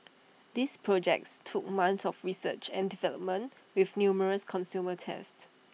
these projects took months of research and development with numerous consumer tests